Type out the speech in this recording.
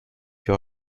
your